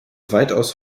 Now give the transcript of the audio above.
weitaus